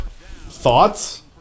Thoughts